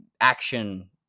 action